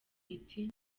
iti